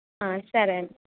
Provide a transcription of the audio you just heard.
ఆ సరే అండి